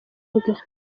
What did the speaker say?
bwe